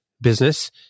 business